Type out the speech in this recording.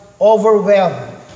overwhelmed